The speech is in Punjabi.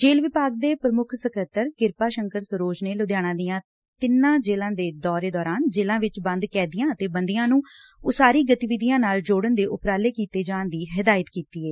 ਜੇਲ੍ ਵਿਭਾਗ ਦੇ ਪ੍ਰਮੁੱਖ ਸਕੱਤਰ ਕਿਰਪਾ ਸ਼ੰਕਰ ਸਰੋਜ ਨੇ ਲੁਧਿਆਣਾ ਦੀਆਂ ਤਿੰਨਾਂ ਜੇਲ੍ਾਂ ਦੇ ਦੌਰੇ ਦੌਰਾਨ ਜੇਲੁਾ ਵਿਚ ਬੰਦ ਕੈਦੀਆ ਤੇ ਬੰਦੀਆ ਨੂੰ ਉਸਾਰੀ ਗਤੀਵਿਧੀਆ ਨਾਲ ਜੋੜਨ ਦੇ ਉਪਰਾਲੇ ਕੀਤੇ ਜਾਣ ਦੀ ਹਦਾਇਤ ਕੀਤੀ ਏ